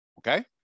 okay